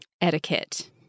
etiquette